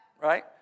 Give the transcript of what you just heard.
right